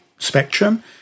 Spectrum